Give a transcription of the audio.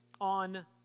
on